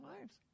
lives